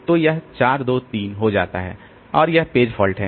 तो यह 423 हो जाता है और यह पेज फॉल्ट है